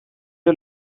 you